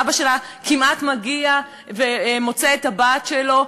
אבא שלה כמעט מגיע ומוצא את הבת שלו,